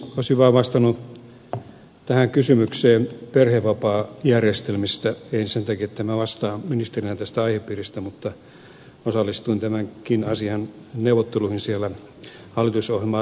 olisin vaan vastannut tähän kysymykseen perhevapaajärjestelmistä en sen takia että minä vastaisin ministerinä tästä aihepiiristä mutta osallistuin tämänkin asian neuvotteluihin siellä hallitusohjelmaa rakennettaessa